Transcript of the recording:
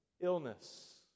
illness